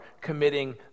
committing